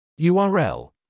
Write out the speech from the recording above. url